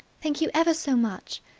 thank you ever so much,